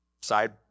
Side